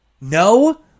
No